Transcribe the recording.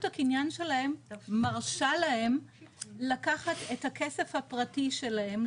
הקניין שלהם מרשה להם לקחת את הכסף הפרטי שלהם,